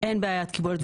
אין בעיית קיבולת.